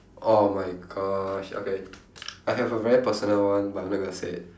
oh my gosh okay I have a very personal one but I'm not going to say it